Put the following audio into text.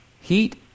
Heat